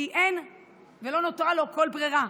כי אין לו ולא נותרה לו כל ברירה,